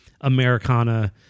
Americana